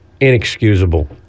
inexcusable